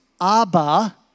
Abba